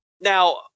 Now